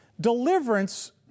deliverance